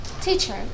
teacher